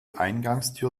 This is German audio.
eingangstür